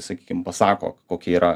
sakykim pasako kokie yra